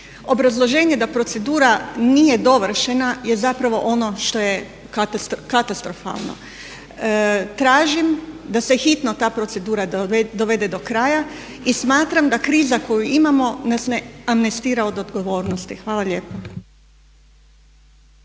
Obrazloženje da procedure nije dovršena je zapravo ono što je katastrofalno. Tražim da se hitno ta procedura dovede do kraja i smatram da kriza koju imamo nas ne amnestira od odgovornosti. Hvala lijepa.